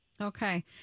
Okay